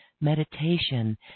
meditation